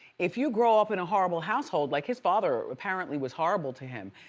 if you grow up in a horrible household like his father apparently was horrible to him,